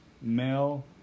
male